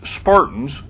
Spartans